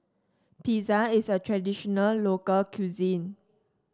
pizza is a traditional local cuisine